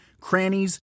crannies